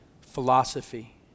philosophy